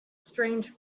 strange